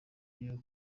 iyo